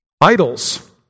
idols